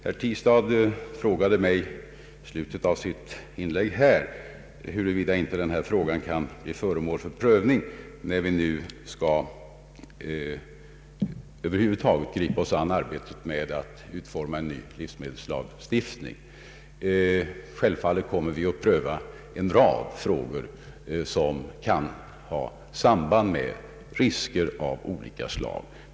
Herr Tistad frågade i slutet av sitt inlägg huruvida inte den här frågan kan bli föremål för prövning i samband med att vi griper oss an arbetet med att utforma en ny livsmedelslagstiftning. Självfallet kommer vi att pröva en rad frågor som kan ha samband med risker av olika slag.